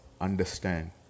understand